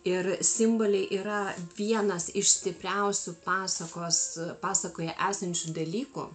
ir simboliai yra vienas iš stipriausių pasakos pasakoje esančių dalykų